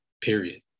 Period